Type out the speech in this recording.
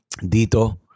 Dito